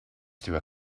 through